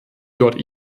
dort